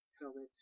helmet